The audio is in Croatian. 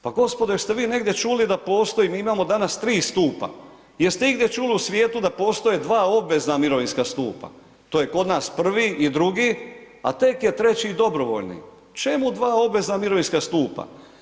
Pa gospodo jeste vi negdje čuli da postoji, mi imamo danas 3 stupa, jeste igdje čuli u svijetu da postoje 2 obvezna mirovinska stupa, to je kod nas prvi i drugi, a tek je treći dobrovoljni, čemu dva obvezna mirovinska stupa?